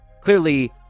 clearly